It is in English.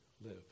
live